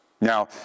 Now